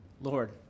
Lord